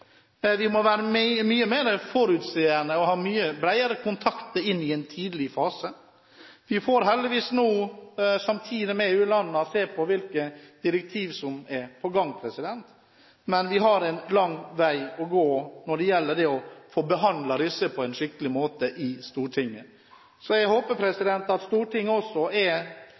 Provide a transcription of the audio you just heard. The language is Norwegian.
Vi må være mye mer forutseende og ha mye bredere kontakt inn i en tidlig fase. Vi får heldigvis samtidig med EU-landene se hvilke direktiver som er på gang, men vi har en lang vei å gå når det gjelder å få behandlet disse på en skikkelig måte i Stortinget. Jeg håper også Stortinget er